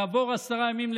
כעבור עשרה ימים,